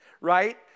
right